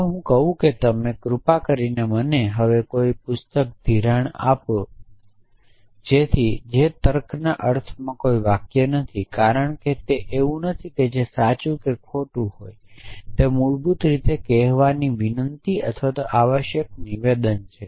જો હું કહું છું કે તમે કૃપા કરીને મને હવે કોઈ પુસ્તક ધિરાણ આપી શકો છો જે તર્કના અર્થમાં કોઈ વાક્ય નથી કારણ કે તે એવું નથી જે સાચું છે કે ખોટું તે મૂળભૂત રીતે કહેવાની વિનંતી અથવા આવશ્યક નિવેદન છે